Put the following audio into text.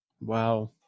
Wow